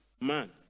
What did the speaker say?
Man